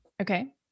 Okay